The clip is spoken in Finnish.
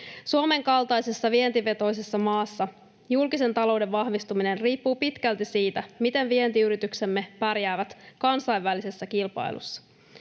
Suomen kaltaisessa vientivetoisessa maassa julkisen talouden vahvistuminen riippuu pitkälti siitä, miten vientiyrityksemme pärjäävät kansainvälisessä kilpailussa.